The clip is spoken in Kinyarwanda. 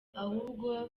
ahubwo